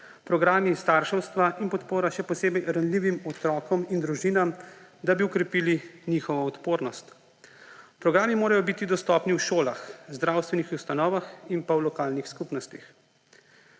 programi starševstva in programi še posebej ranljivim otrokom in družinam, da bi okrepili njihovo odpornost. Programi morajo biti dostopni v šolah, v zdravstvenih ustanovah in v lokalnih skupnostih.